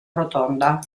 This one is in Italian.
rotonda